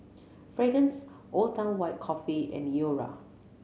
Fragrance Old Town White Coffee and Iora